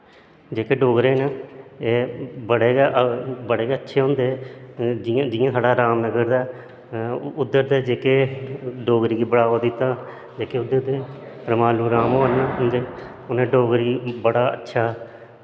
जेह्ड़े डोगरे न एह् बड़े गै अच्चे होंदे न जियां साढ़ा रामनगर दा उध्दर दा साढ़े डोगरी गी बड़ावा दित्ता जेह्के उध्दर दे रमालो राम होर उनैं डोगरी गी बड़ा अच्छा